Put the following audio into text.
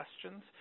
questions